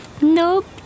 Nope